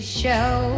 show